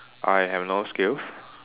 I have no skills